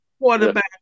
quarterback